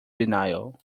denial